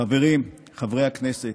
חברים, חברי הכנסת,